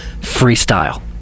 freestyle